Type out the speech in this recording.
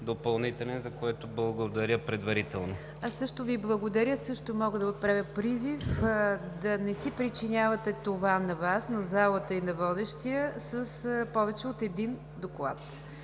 за което благодаря предварително. ПРЕДСЕДАТЕЛ НИГЯР ДЖАФЕР: Благодаря Ви. Аз също мога да отправя призив да не си причинявате това на Вас, на залата и на водещия с повече от един доклад.